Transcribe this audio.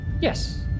Yes